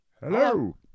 Hello